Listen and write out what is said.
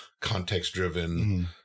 context-driven